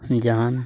ᱡᱟᱦᱟᱱ